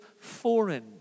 foreign